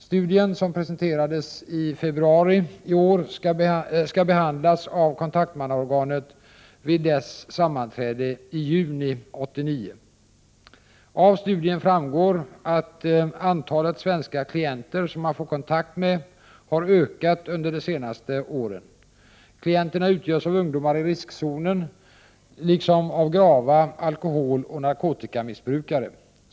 Studien, som presenterades i februari i år, skall behandlas av kontaktmannaorganet vid dess sammanträde i juni 1989. Av studien framgår att antalet svenska klienter som man får kontakt med har ökat under de senaste åren. Klienterna utgörs av ungdomar i riskzonen liksom av grava alkoholoch narkotikamissbrukare.